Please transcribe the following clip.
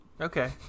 Okay